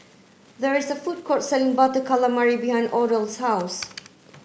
there is a food court selling butter calamari behind Odell's house